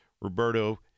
Roberto